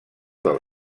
del